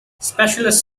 specialist